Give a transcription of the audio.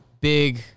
big